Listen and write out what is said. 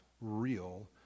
real